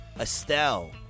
Estelle